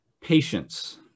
patience